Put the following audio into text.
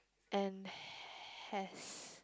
and has